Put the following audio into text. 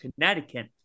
Connecticut